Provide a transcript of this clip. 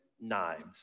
knives